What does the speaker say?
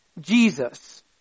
Jesus